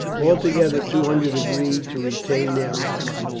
altogether two hundred agreed to retain their ranks,